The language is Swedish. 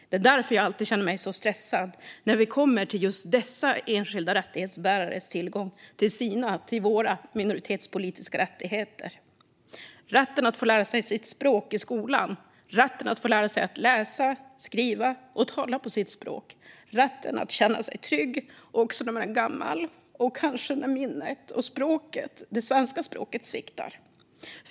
Det är därför jag alltid känner mig stressad när vi kommer till just dessa enskilda rättighetsbärares tillgång till sina, till våra, minoritetspolitiska rättigheter: rätten att få lära sig sitt språk i skolan, rätten att få lära sig att läsa, skriva och tala på sitt språk, rätten att känna sig trygg också när man är gammal och kanske minnet och det svenska språket sviktar.